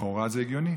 לכאורה, זה הגיוני.